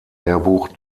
lehrbuch